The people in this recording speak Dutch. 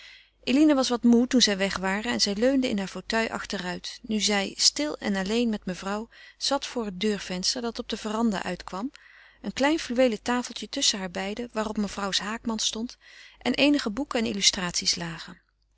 eline was moê toen zij weg waren en zij leunde in haar fauteuil achteruit nu zij stil en alleen met mevrouw zat voor het dichte deurvenster dat op de verandah uitkwam een klein fluweelen tafeltje tusschen haarbeiden waarop mevrouws haakmand stond en eenige boeken en illustraties lagen